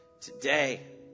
Today